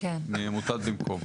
מעמותת "במקום".